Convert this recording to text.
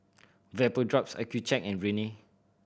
Vapodrops Accucheck and Rene